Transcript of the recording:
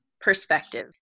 perspective